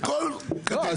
לא,